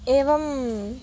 एवम्